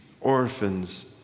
orphans